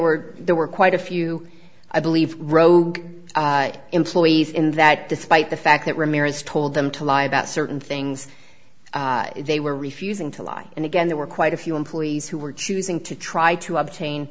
were there were quite a few i believe rogue employees in that despite the fact that ramirez told them to lie about certain things they were refusing to lie and again there were quite a few employees who were choosing to try to obtain